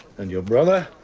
and your brother.